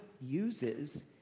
uses